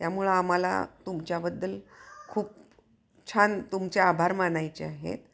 त्यामुळं आम्हाला तुमच्याबद्दल खूप छान तुमचे आभार मानायचे आहेत